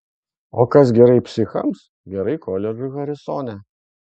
o kas gerai psichams gerai koledžui harisone